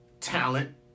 talent